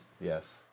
Yes